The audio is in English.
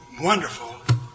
wonderful